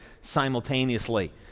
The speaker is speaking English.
simultaneously